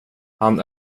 han